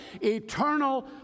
eternal